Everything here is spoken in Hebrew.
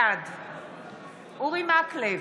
בעד אורי מקלב,